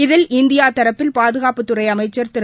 இதில் இந்தியா தரப்பில் பாதுகாப்புத்துறை அமைச்சர் திரு